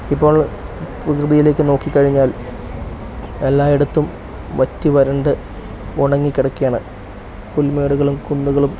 ഇപ്പോൾ പ്രകൃതിയിലേക്ക് നോക്കി കഴിഞ്ഞാൽ എല്ലായിടത്തും വറ്റി വരണ്ട് ഉണങ്ങി കിടക്കുകയാണ് പുൽമേടുകളും കുന്നുകളും